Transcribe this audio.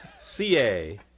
C-A